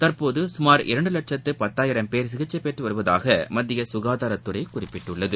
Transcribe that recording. தற்போதுகமார் இரண்டுலட்சத்துபத்தாயிரம் பேர் சிகிச்சைபெற்றுவருவதாகமத்தியசுகாதாரத்துறைகுறிப்பிட்டுள்ளது